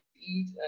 eat